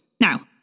Now